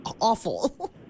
awful